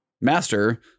master